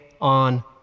on